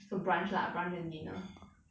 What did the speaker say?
so brunch lah brunch and dinner